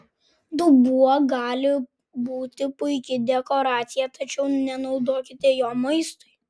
dubuo gali būti puiki dekoracija tačiau nenaudokite jo maistui